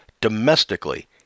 domestically